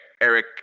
Eric